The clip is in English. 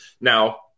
Now